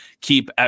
keep –